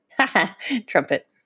trumpet